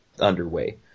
underway